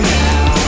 now